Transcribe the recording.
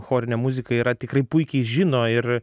chorinė muzika yra tikrai puikiai žino ir